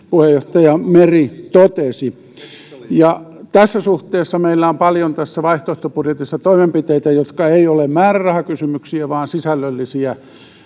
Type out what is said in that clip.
puheenjohtaja meri totesi tässä suhteessa meillä on paljon tässä vaihtoehtobudjetissa toimenpiteitä jotka eivät ole määrärahakysymyksiä vaan sisällöllisiä